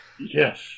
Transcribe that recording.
Yes